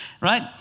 right